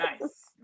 Nice